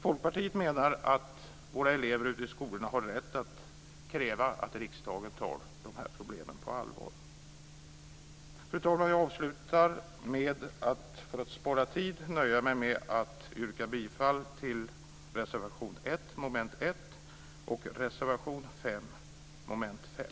Folkpartiet menar att våra elever ute i skolorna har rätt att kräva att riksdagen tar de här problemen på allvar. Fru talman! För att spara tid nöjer jag mig med att yrka bifall till reservation 1 under mom. 1 och till reservation 5 under mom. 5.